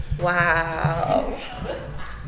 Wow